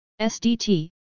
SDT